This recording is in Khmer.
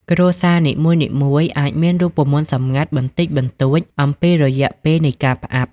គ្រួសារ នីមួយៗអាចមានរូបមន្តសម្ងាត់បន្តិចបន្តួចអំពីរយៈពេលនៃការផ្អាប់។